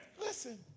Listen